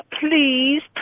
please